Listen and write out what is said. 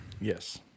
yes